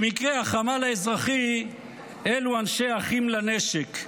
במקרה, החמ"ל האזרחי אלו אנשי אחים לנשק,